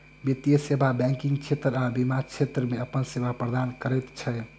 वित्तीय सेवा बैंकिग क्षेत्र आ बीमा क्षेत्र मे अपन सेवा प्रदान करैत छै